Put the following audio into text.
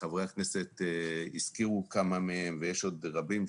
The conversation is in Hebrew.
חברי הכנסת הזכירו כמה מהם ויש עוד רבים,